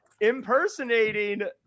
impersonating